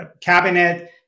cabinet